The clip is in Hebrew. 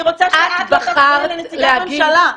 אני רוצה שאת לא תפריעי לנציגת הממשלה.